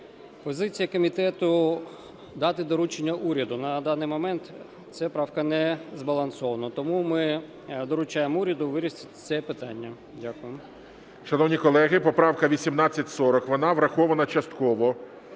Позиція комітету - дати доручення уряду. На даний момент ця правка не збалансована, тому ми доручаємо уряду вирішити це питання. Дякую.